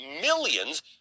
millions